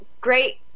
great